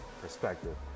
perspective